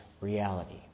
reality